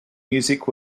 music